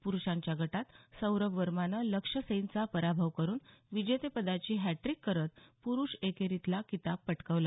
प्रुषांच्या गटात सौरभ वर्मानं लक्ष्य सेनचा पराभव करून विजेतेपदाची हॅटट्रीक साधत पुरूष एकेरीतील किताब पटकावला